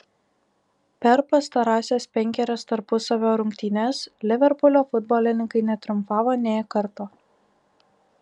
per pastarąsias penkerias tarpusavio rungtynes liverpulio futbolininkai netriumfavo nė karto